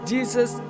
Jesus